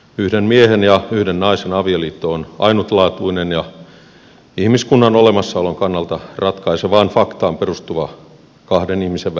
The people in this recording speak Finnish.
yhden miehen ja yhden naisen avioliitto on ainutlaatuinen ja ihmiskunnan olemassaolon kannalta ratkaisevaan faktaan perustuva kahden ihmisen välinen liitto